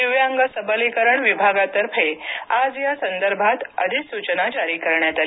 दिव्यांग सबलीकरण विभागा तर्फे आज या संदर्भात अधिसूचना जारी करण्यात आली